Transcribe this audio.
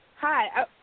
hi